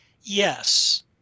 Yes